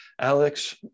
Alex